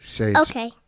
Okay